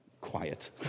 Quiet